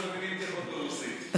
אנחנו מבינים בדיחות ברוסית.